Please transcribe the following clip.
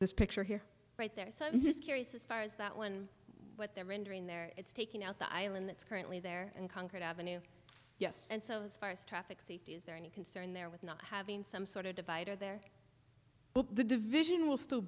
this picture here right there so i'm just curious as far as that when what they're rendering there it's taking out the island that's currently there in concord ave yes and so as far as traffic safety is there any concern there with not having some sort of divider there but the division will still